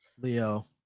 Leo